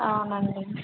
అవునండీ